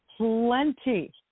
Plenty